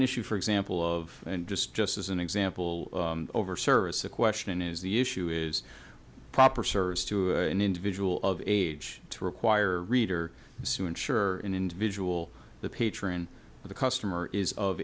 an issue for example of just just as an example over service a question is the issue is proper service to an individual of age to require reader sue ensure an individual the patron of the customer is of